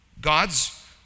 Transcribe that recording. God's